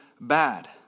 bad